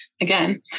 again